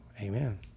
amen